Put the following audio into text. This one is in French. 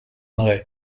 ray